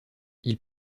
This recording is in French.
ils